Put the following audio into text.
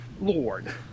Lord